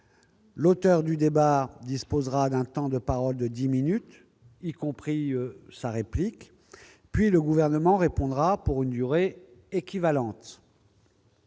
et républicain, disposera d'un temps de parole de dix minutes, y compris la réplique, puis le Gouvernement répondra pour une durée qui ne